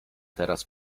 teraz